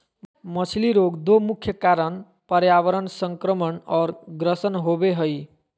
मछली रोग दो मुख्य कारण पर्यावरण संक्रमण और ग्रसन होबे हइ